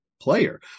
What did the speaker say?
player